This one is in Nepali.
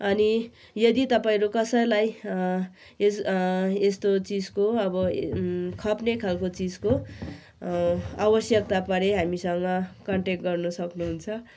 अनि यदि तपाईँहरू कसैलाई यस्तो चिजको अब खप्ने खालको चिजको आवश्यकता परे हामीसँग कन्ट्याक गर्नु सक्नुहुन्छ